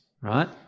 Right